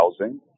housing